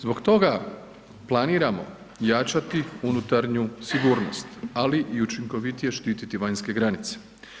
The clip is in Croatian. Zbog toga planiramo jačati unutarnju sigurnost, ali i učinkovitije štititi vanjske granice.